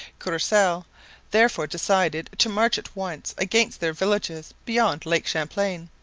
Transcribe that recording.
courcelle therefore decided to march at once against their villages beyond lake champlain,